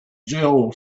jill